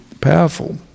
powerful